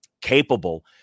capable